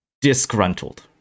disgruntled